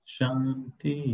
Shanti